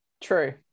True